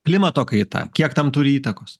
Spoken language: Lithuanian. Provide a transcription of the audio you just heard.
klimato kaita kiek tam turi įtakos